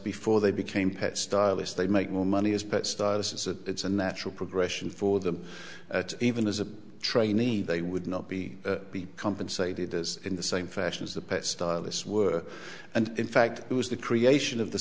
before they became pets stylists they make more money as pets it's a natural progression for them even as a trainee they would not be compensated as in the same fashion as the pet stylists were and in fact it was the creation of the